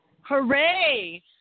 Hooray